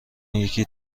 یکی